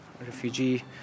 refugee